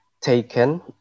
taken